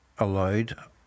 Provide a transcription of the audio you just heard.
allowed